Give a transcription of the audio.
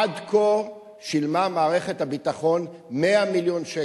עד כה שילמה מערכת הביטחון 100 מיליון שקל.